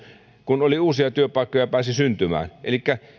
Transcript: kun uusia työpaikkoja pääsi syntymään elikkä